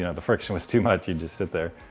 yeah the friction was too much. you'd just sit there.